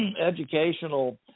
educational